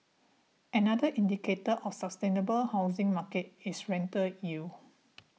another indicator of a sustainable housing market is rental yield